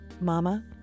Mama